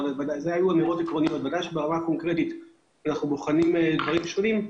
ובוודאי שברמה הקונקרטית אנחנו בוחנים דברים שונים.